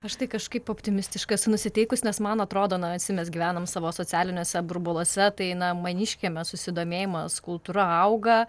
aš tai kažkaip optimistiškai esu nusiteikus nes man atrodo na visi mes gyvenam savo socialiniuose burbuluose tai na maniškiame susidomėjimas kultūra auga